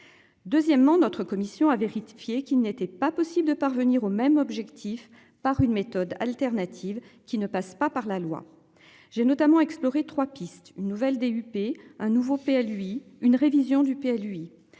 Deuxièmement notre commission a vérifié qu'il n'était pas possible de parvenir au même objectif par une méthode alternative qui ne passe pas par la loi. J'ai notamment explorer 3 pistes une nouvelle DUP un nouveau PA lui une révision du PLU